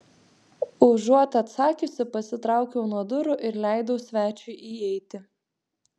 užuot atsakiusi pasitraukiau nuo durų ir leidau svečiui įeiti